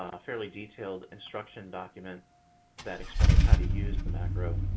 a fairly detailed instruction document that explains how to use the macro.